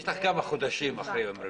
יש לך כמה חודשים אחרי יום רביעי.